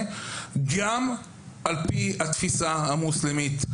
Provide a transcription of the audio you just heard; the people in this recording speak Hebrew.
גם על פי התפיסה המוסלמית,